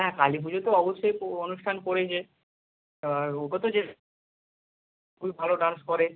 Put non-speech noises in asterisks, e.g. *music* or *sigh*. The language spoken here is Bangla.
হ্যাঁ কালী পুজোয় তো অবশ্যই *unintelligible* অনুষ্ঠান পড়েছে আর ওকে তো *unintelligible* খুবই ভালো ডান্স করে